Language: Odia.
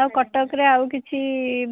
ଆଉ କଟକରେ ଆଉ କିଛି